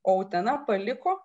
o utena paliko